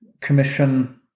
Commission